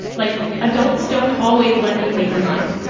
like adults don't always let you wait in line.